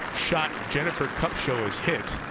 shot jennifer kupcho has hit,